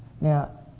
Now